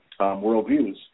worldviews